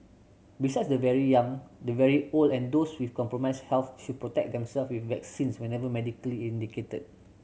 besides the very young the very old and those with compromised health should protect themselves with vaccines whenever medically indicated